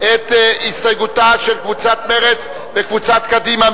הסתייגותן של קבוצת מרצ וקבוצת קדימה.